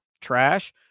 trash